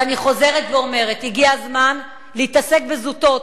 ואני חוזרת ואומרת: הגיע הזמן להתעסק בזוטות.